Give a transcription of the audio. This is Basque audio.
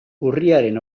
urriaren